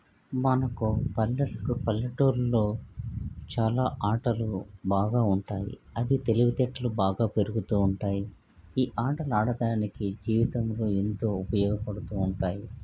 మనకు పల్లెట్టు పల్లెటూరిలో చాలా ఆటలు బాగా ఉంటాయి అవి తెలివి తేటలు బాగా పెరుగుతూ ఉంటాయి ఈ ఆటలు ఆడటానికి జీవితంలో ఎంతో ఉపయోగపడుతూ ఉంటాయి